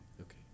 Okay